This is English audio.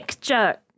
jerk